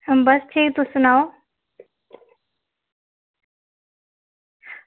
बस ठीक तुस सनाओ